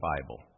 Bible